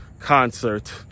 concert